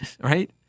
right